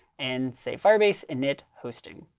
and say firebase init hosting.